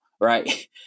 right